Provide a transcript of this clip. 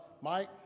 Mike